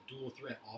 dual-threat